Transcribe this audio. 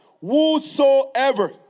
whosoever